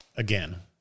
again